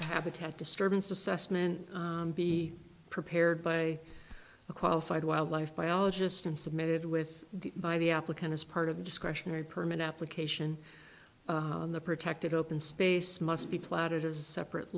habitat disturbance assessment be prepared by a qualified wildlife biologist and submitted with the by the applicant as part of the discretionary permit application on the protected open space must be plotted as a separate